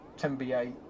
10b8